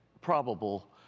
probable